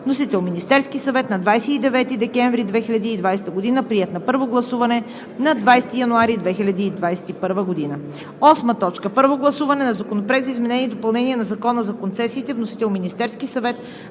Вносител – Министерският съвет на 29 декември 2020 г. Приет е на първо гласуване на 20 януари 2021 г.